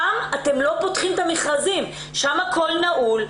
שם אתם לא פותחים את המכרזים, שם הכל נעול,